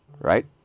right